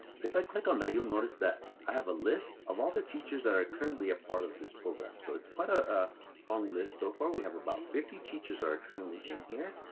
so if i click on that, you'll notice that i have a list of all the teachers that are currently a part of this program. so it's quite a long list. so far, we have about fifty teachers that are currently in here.